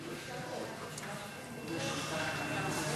שאלה שנייה.